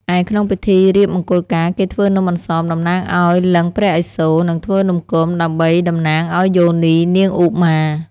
ឯក្នុងពិធីរៀបមង្គលការ គេធ្វើនំអន្សមតំណាងឲ្យលិង្គព្រះឥសូរ និងធ្វើនំគមដើម្បីតំណាងឲ្យយោនីនាងឧមា។